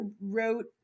wrote